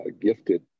gifted